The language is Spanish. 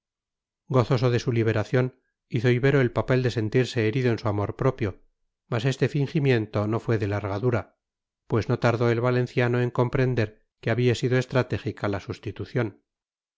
gozoso de su liberación hizo ibero el papel de sentirse herido en su amor propio mas este fingimiento no fue de larga dura pues no tardó el valenciano en comprender que había sido estratégica la sustitución